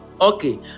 okay